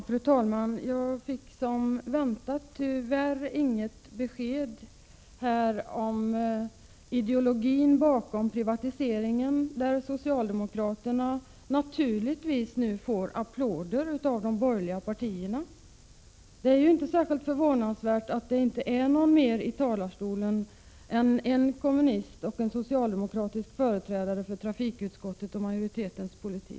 Fru talman! Jag fick som väntat tyvärr inget besked om ideologin bakom privatiseringen. Socialdemokratin får nu naturligtvis applåder från de borgerliga partierna. Det är inte särskilt förvånansvärt att bara en kommunist och en socialdemokratisk företrädare för trafikutskottets majoritet deltar i denna debatt.